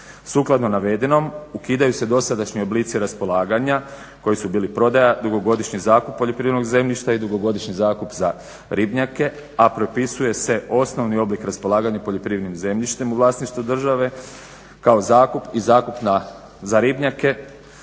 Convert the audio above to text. Sukladno navedenom ukidaju se dosadašnji oblici raspolaganja koji su bili prodaja, dugogodišnji zakup poljoprivrednog zemljišta i dugogodišnji zakup za ribnjake, a propisuje se osnovni oblik raspolaganja poljoprivrednim zemljištem u vlasništvu države kao zakup i zakup za ribnjake